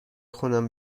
خونم